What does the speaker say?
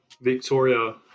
Victoria